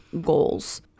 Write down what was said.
goals